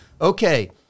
okay